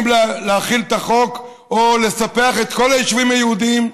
אם להחיל את החוק או לספח את כל היישובים היהודיים,